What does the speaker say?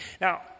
Now